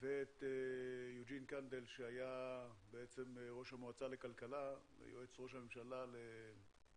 ואת יוג'ין קנדל שהיה ראש המועצה לכלכה והיועץ של ראש הממשלה לעניינ